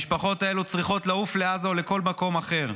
המשפחות האלה צריכות לעוף לעזה או לכל מקום אחר,